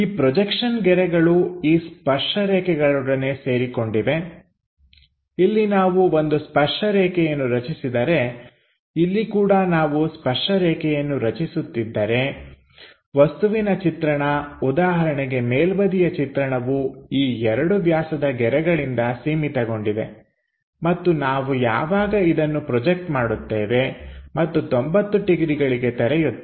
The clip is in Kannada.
ಈ ಪ್ರೊಜೆಕ್ಷನ್ ಗೆರೆಗಳು ಈ ಸ್ಪರ್ಶ ರೇಖೆಗಳೊಡನೆ ಸೇರಿಕೊಂಡಿವೆ ಇಲ್ಲಿ ನಾವು ಒಂದು ಸ್ಪರ್ಶರೇಖೆಯನ್ನು ರಚಿಸಿದರೆ ಇಲ್ಲಿ ಕೂಡ ನಾವು ಸ್ಪರ್ಶ ರೇಖೆಯನ್ನು ರಚಿಸುತ್ತಿದ್ದರೆ ವಸ್ತುವಿನ ಚಿತ್ರಣ ಉದಾಹರಣೆಗೆ ಮೇಲ್ಬದಿಯ ಚಿತ್ರಣವು ಈ ಎರಡು ವ್ಯಾಸದ ಗೆರೆಗಳಿಂದ ಸೀಮಿತಗೊಂಡಿದೆ ಮತ್ತು ನಾವು ಯಾವಾಗ ಇದನ್ನು ಪ್ರೊಜೆಕ್ಟ್ ಮಾಡುತ್ತೇವೆ ಮತ್ತು 90ಡಿಗ್ರಿಗಳಿಗೆ ತೆರೆಯುತ್ತೇವೆ